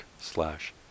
slash